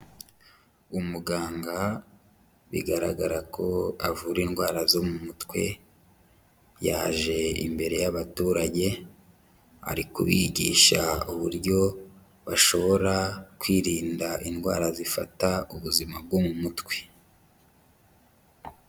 Umuganga bigaragara ko avura indwara zo mu mutwe, yaje imbere y'abaturage, ari kubigisha uburyo bashobora kwirinda indwara zifata ubuzima bwo mu mutwe.